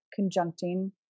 conjuncting